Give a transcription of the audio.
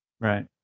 Right